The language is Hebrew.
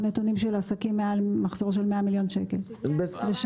נתונים של עסקים במחזור של 100 מיליון שקל בשנה.